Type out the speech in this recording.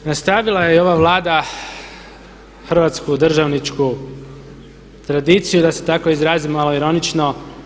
Nastavila je i ova Vlada hrvatsku državničku tradiciju da se tako izrazim, malo je ironično.